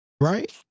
right